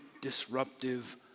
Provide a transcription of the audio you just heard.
disruptive